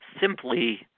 simply